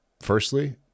firstly